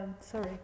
Sorry